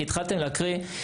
כי התחלתם להקריא.